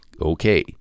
Okay